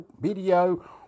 video